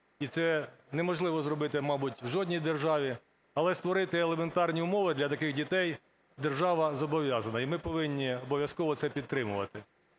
і це неможливо зробити, мабуть, в жодній державі, але створити елементарні умови для таких дітей держава зобов'язана, і ми повинні обов'язково це підтримувати.